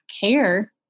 care